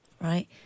right